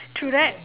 true that